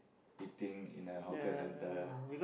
eating in a hawker centre